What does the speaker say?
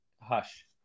hush